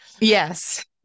yes